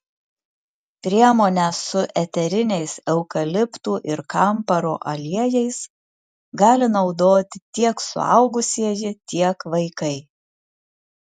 priemonę su eteriniais eukaliptų ir kamparo aliejais gali naudoti tiek suaugusieji tiek vaikai